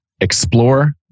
explore